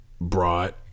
brought